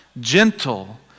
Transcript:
gentle